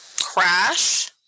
crash